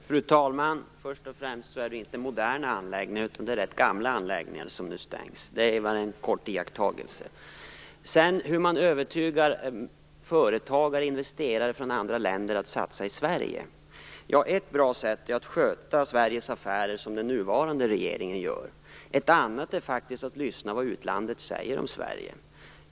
Fru talman! Först och främst är det inte moderna utan rätt gamla anläggningar som nu stängs. Detta är en iakttagelse i korthet. När det sedan gäller hur man kan övertyga utländska företagare och investerare att göra satsningar i Sverige, är ett bra sätt att sköta Sveriges affärer på det sätt som den nuvarande regeringen gör. Ett annat är faktiskt att lyssna på vad man i utlandet säger om Sverige.